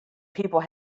people